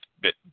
bit